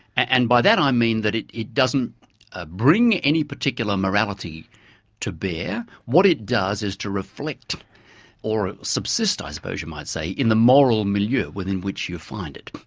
and by that i mean that it it doesn't ah bring any particular morality to bear. what it does is to reflect or subsist i suppose you might say, in the moral milieu within which you find it.